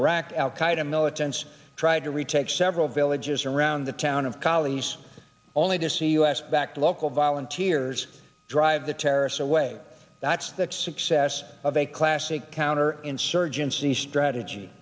qaeda militants tried to retake several villages around the town of colonies only to see u s backed local volunteers drive the terrorists away that's the success of a classic counterinsurgency strategy